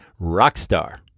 rockstar